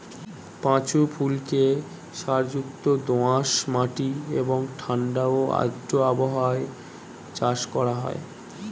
পাঁচু ফুলকে সারযুক্ত দোআঁশ মাটি এবং ঠাণ্ডা ও আর্দ্র আবহাওয়ায় চাষ করা হয়